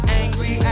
angry